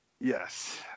Yes